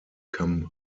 come